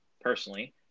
personally